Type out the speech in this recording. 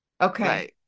Okay